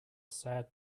sad